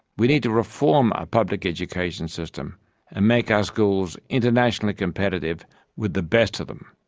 we need to reform our public education system and make our schools internationally competitive with the best of them.